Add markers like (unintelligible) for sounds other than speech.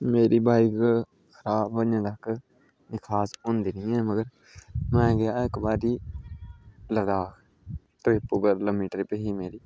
मेरी बाइक (unintelligible) तक्क खास हुंदी नी ऐ मगर मैं गेआ इक बारी लद्दाख ट्रिप उप्पर लम्मी ट्रिप ही मेरी